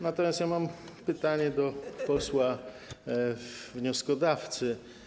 Natomiast mam pytanie do posła wnioskodawcy.